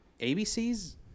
abc's